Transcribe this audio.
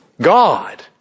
God